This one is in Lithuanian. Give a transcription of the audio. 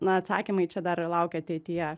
na atsakymai čia dar laukia ateityje